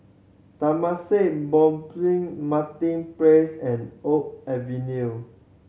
Temasek Martin Place and Oak Avenue